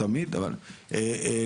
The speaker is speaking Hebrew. תודה רבה.